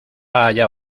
haya